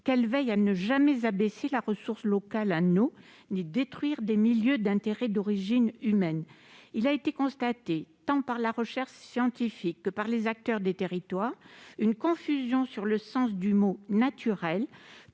qu'elle veille à ne pas abaisser la ressource locale en eau non plus qu'à détruire des milieux d'intérêt d'origine humaine. Il a été constaté, tant par la recherche scientifique que par les acteurs des territoires, une confusion sur le sens du mot « naturel »